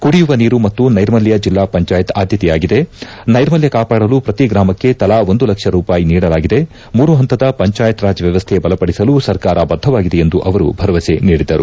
ಕುಡಿಯುವ ನೀರು ಮತ್ತು ನೈರ್ಮಲ್ಡ ಜಿಲ್ಲಾ ಪಂಚಾಯತ್ ಆದ್ಯತೆಯಾಗಿದೆ ನೈರ್ಮಲ್ಡ ಕಾಪಾಡಲು ಪ್ರತಿ ಗ್ರಾಮಕ್ಷಿ ತಲಾ ಒಂದು ಲಕ್ಷ ರೂಪಾಯಿ ನೀಡಲಾಗಿದೆ ಮೂರು ಪಂತದ ಪಂಚಾಯತ್ ರಾಜ್ ವ್ಯವಸ್ಥೆ ಬಲಪಡಿಸಲು ಸರ್ಕಾರ ಬದ್ಧವಾಗಿದೆ ಎಂದು ಅವರು ಭರವಸ ನೀಡಿದರು